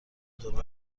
دنیا